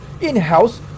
in-house